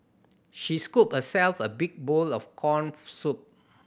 she scooped herself a big bowl of corn soup